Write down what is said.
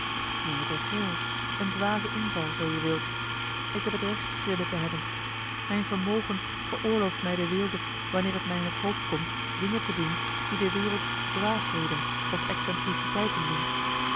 noem het eene gril een dwazen inval zoo je wilt ik heb het recht grillen te hebben mijn vermogen veroorlooft mij de weelde wanneer het mij in het hoofd komt dingen te doen die de wereld dwaasheden of excentriciteiten noemt